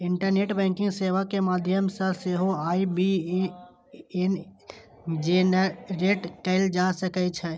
internet banking सेवा के माध्यम सं सेहो आई.बी.ए.एन जेनरेट कैल जा सकै छै